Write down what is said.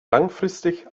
langfristig